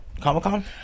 Comic-Con